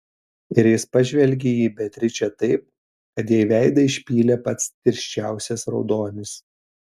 ir jis pažvelgė į beatričę taip kad jai veidą išpylė pats tirščiausias raudonis